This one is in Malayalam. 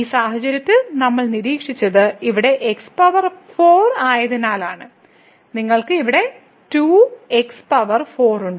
ഈ സാഹചര്യത്തിൽ നമ്മൾ നിരീക്ഷിച്ചത് ഇവിടെ x പവർ 4 ആയതിനാലാണ് നിങ്ങൾക്ക് ഇവിടെ 2 x പവർ 4 ഉണ്ട്